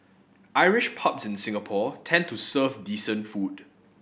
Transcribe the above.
Irish pubs in Singapore tend to serve decent food